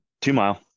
two-mile